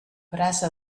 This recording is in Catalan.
brasa